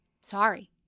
Sorry